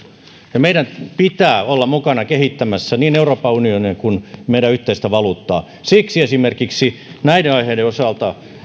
ja meidän pitää olla mukana kehittämässä niin euroopan unionia kuin meidän yhteistä valuuttaa siksi esimerkiksi näiden aiheiden osalta